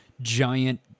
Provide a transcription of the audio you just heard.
giant